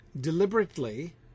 deliberately